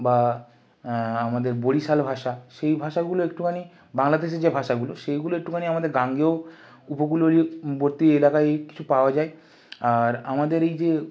বা আমাদের বরিশাল ভাষা সেই ভাষাগুলো একটুখানি বাংলাদেশের যে ভাষাগুলো সেইগুলো একটুখানি আমাদের গাঙ্গেয় উপকূল বর্তী এলাকায় কিছু পাওয়া যায় আর আমাদের এই যে